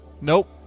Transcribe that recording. Nope